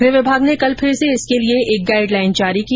गृह विभाग ने कल फिर से इसके लिए एक गाईड लाइन जारी की